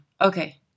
Okay